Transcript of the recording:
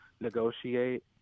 negotiate